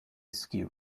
skew